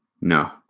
No